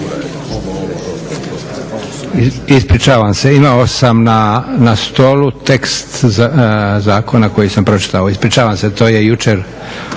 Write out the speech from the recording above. ispričavam se, imao sam na stolu tekst zakona koji sam pročitao, ispričavam se to je jučer